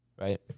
right